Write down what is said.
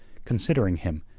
considering him,